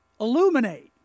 Illuminate